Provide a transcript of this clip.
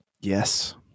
yes